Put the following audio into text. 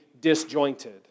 disjointed